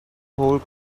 whole